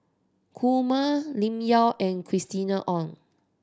Kumar Lim Yau and Christina Ong